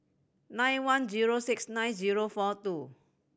nine one zero six nine zero four two